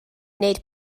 wneud